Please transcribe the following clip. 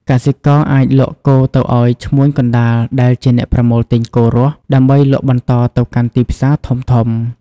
កសិករអាចលក់គោទៅឲ្យឈ្មួញកណ្ដាលដែលជាអ្នកប្រមូលទិញគោរស់ ដើម្បីលក់បន្តទៅកាន់ទីផ្សារធំៗ។